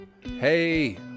Hey